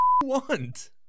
want